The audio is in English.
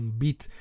beat